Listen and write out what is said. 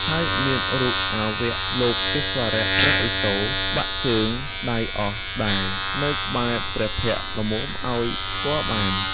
ហើយមានរូបអវលោកេស្វរៈ (ព្រះឥសូរ) បាក់ជើង-ដៃអស់ដែរ នៅតែព្រះភក្ត្រល្មមឲ្យស្គាល់បាន ។